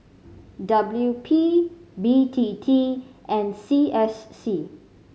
W P B T T and C S C